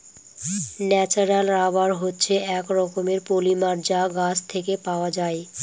natural rubber হচ্ছে এক রকমের পলিমার যা গাছ থেকে পাওয়া যায়